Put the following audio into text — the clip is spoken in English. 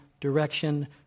direction